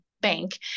bank